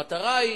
המטרה היא